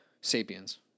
Sapiens